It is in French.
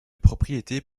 propriété